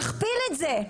תכפיל את זה.